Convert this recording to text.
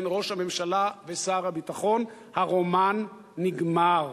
בין ראש הממשלה ושר הביטחון הרומן נגמר.